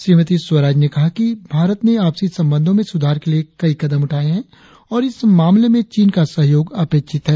श्रीमती स्वराज ने कहा कि भारत ने आपसी संबंधो में सुधार के लिए कदम उठाये है और इस मामले में चीन का सहयोग अपेक्षित है